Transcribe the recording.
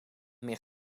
meer